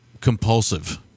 compulsive